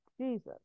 Jesus